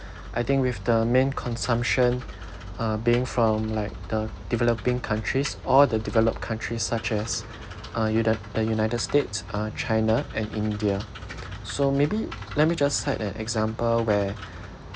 I think with the main consumption uh being from like the developing countries all the developed countries such as uh u~ the the united states uh china and india so maybe let me just cite an example where